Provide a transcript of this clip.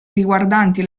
riguardanti